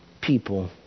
people